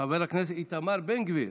חבר הכנסת איתמר בן גביר,